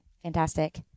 fantastic